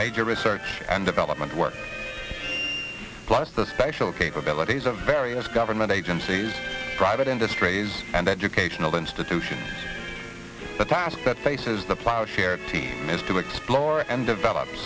major research and development work plus the special capabilities of various government agencies private industries and educational institutions the task that faces the plough here is to explore and develop